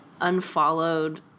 unfollowed